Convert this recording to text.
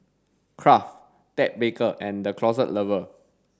Kraft Ted Baker and The Closet Lover